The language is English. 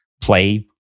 play